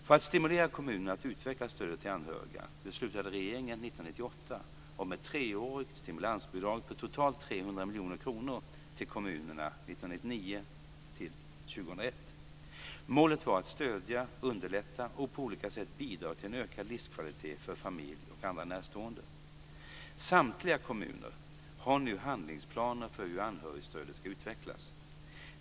För att stimulera kommunerna att utveckla stödet till anhöriga beslutade regeringen 1998 om ett treårigt stimulansbidrag på totalt 300 miljoner kronor till kommunerna 1999-2001. Målet var att stödja, underlätta och på olika sätt bidra till en ökad livskvalitet för familj och andra närstående. Samtliga kommuner har nu handlingsplaner för hur anhörigstödet ska utvecklas.